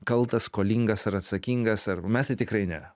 kaltas skolingas ar atsakingas ar mes tai tikrai ne